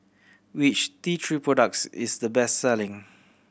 which T Three products is the best selling